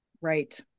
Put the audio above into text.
Right